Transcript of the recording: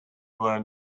were